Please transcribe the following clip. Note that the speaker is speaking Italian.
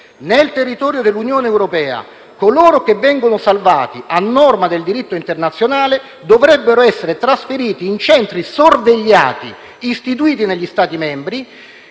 nel territorio dell'Unione europea coloro che vengono salvati, a norma del diritto internazionale, dovrebbero essere trasferiti in centri sorvegliati istituiti negli Stati membri;